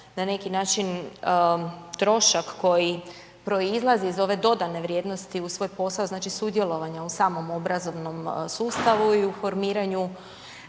na neki način trošak koji proizlazi iz ove dodane vrijednosti uz svoj posao, znači sudjelovanja u samom obrazovnom sustavu i u formiranju